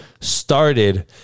started